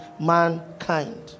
mankind